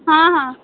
ହଁ ହଁ